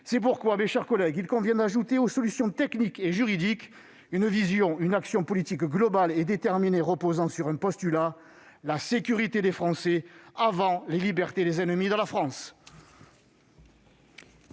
Il convient, mes chers collègues, d'ajouter aux solutions techniques et juridiques une vision, une action politique globale et déterminée reposant sur un postulat : la sécurité des Français avant les libertés des ennemis de la France